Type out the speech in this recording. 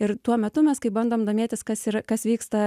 ir tuo metu mes kai bandom domėtis kas yra kas vyksta